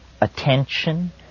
attention